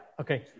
okay